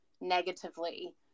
negatively